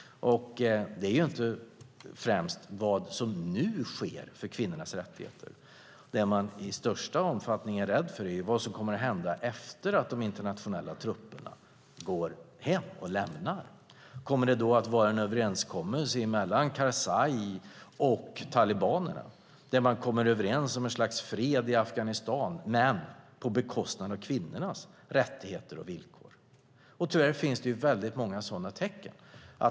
Det handlar inte om vad som främst nu sker för kvinnornas rättigheter. Det man i störst omfattning är rädd för är vad som kommer att hända efter det att de internationella trupperna åker hem och lämnar landet. Kommer det då att vara en överenskommelse mellan Karzai och talibanerna där man enas om ett slags fred i Afghanistan men på bekostnad av kvinnornas rättigheter och villkor? Tyvärr finns det många sådana tecken.